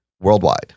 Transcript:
worldwide